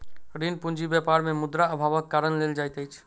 ऋण पूंजी व्यापार मे मुद्रा अभावक कारण लेल जाइत अछि